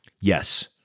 yes